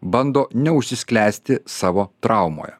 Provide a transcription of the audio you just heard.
bando neužsisklęsti savo traumoje